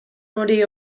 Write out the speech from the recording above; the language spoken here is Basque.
hori